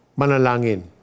manalangin